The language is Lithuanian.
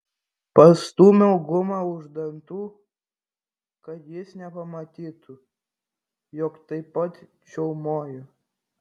pastūmiau gumą už dantų kad jis nepamatytų jog taip pat čiaumoju